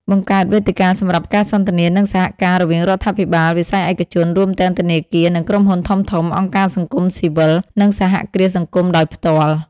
បង្កើតវេទិកាសម្រាប់ការសន្ទនា និងសហការ រវាងរដ្ឋាភិបាល វិស័យឯកជន រួមទាំងធនាគារ និងក្រុមហ៊ុនធំៗ អង្គការសង្គមស៊ីវិល និងសហគ្រាសសង្គមដោយផ្ទាល់ ។